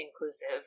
inclusive